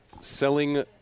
selling